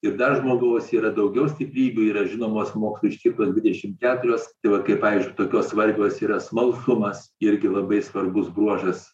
ir dar žmogaus yra daugiau stiprybių yra žinomos moksliškai dvidešimt keturios tai vat kaip pavyzdžiui tokios svarbios yra smalsumas irgi labai svarbus bruožas